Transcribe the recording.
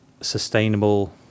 sustainable